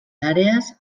àrees